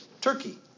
Turkey